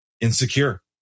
insecure